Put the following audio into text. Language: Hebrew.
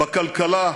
בכלכלה,